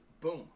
Boom